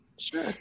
sure